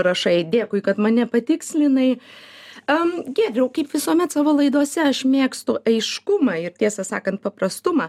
rašai dėkui kad mane patikslinai a giedriau kaip visuomet savo laidose aš mėgstu aiškumą ir tiesą sakant paprastumą